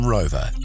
Rover